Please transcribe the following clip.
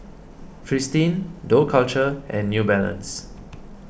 Fristine Dough Culture and New Balance